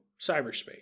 cyberspace